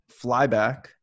flyback